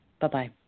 Bye-bye